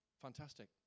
Fantastic